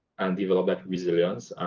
and develop that resilience.